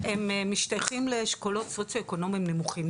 הם משתייכים לאשכולות סוציו-אקונומיים נמוכים,